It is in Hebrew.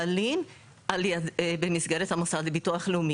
הסיכוי שבן אדם צעיר בן 18 ימשיך להיות פורה בעתיד הולך וקטן.